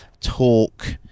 talk